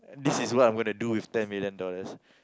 this is what I'm gonna do with ten million dollars